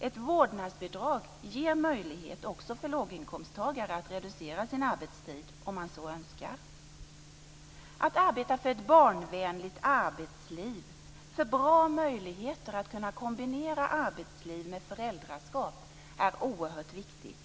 Ett vårdnadsbidrag ger möjlighet också för låginkomsttagare att reducera sin arbetstid, om man så önskar. Att arbeta för ett barnvänligt arbetsliv, för bra möjligheter att kombinera arbetsliv med föräldraskap är oerhört viktigt.